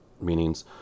meanings